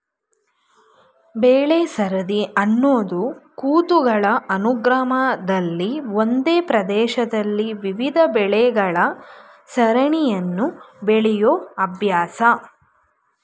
ಬೆಳೆಸರದಿ ಅನ್ನೋದು ಋತುಗಳ ಅನುಕ್ರಮದಲ್ಲಿ ಒಂದೇ ಪ್ರದೇಶದಲ್ಲಿ ವಿವಿಧ ಬೆಳೆಗಳ ಸರಣಿಯನ್ನು ಬೆಳೆಯೋ ಅಭ್ಯಾಸ